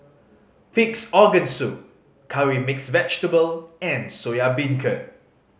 Pig's Organ Soup Curry Mixed Vegetable and Soya Beancurd